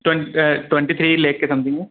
Twain twenty three lakh के something है